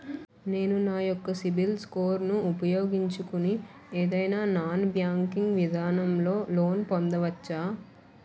నేను నా యెక్క సిబిల్ స్కోర్ ను ఉపయోగించుకుని ఏదైనా నాన్ బ్యాంకింగ్ విధానం లొ లోన్ పొందవచ్చా?